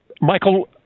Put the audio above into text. Michael